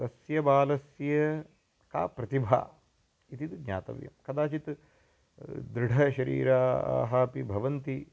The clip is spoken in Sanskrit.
तस्य बालस्य का प्रतिभा इति ज्ञातव्यं कदाचित् दृढशरीराः अपि भवन्ति